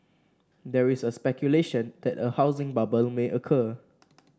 there is a speculation that a housing bubble may occur